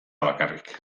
bakarrik